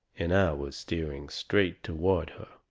and i was steering straight toward her,